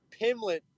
Pimlet